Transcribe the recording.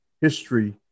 history